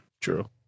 True